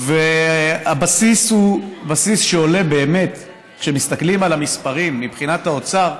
הבסיס הוא בסיס שעולה באמת כשמסתכלים על המספרים מבחינת האוצר,